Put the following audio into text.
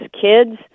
kids